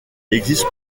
existe